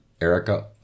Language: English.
Erica